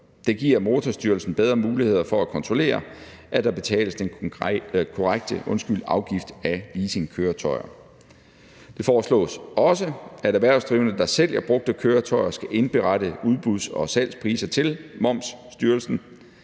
Det giver Motorstyrelsen bedre muligheder for at kontrollere, at der betales den korrekte afgift af leasingkøretøjet. Det foreslås også, at erhvervsdrivende, der sælger brugte køretøjer, skal indberette udbuds- og salgspriser til styrelsen.